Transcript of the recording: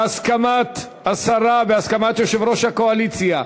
בהסכמת השרה, בהסכמת יושב-ראש הקואליציה,